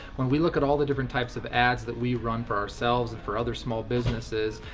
when we look at all the different types of ads that we run for ourselves and for other small businesses,